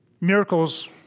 miracles